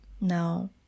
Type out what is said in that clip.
Now